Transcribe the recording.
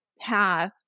path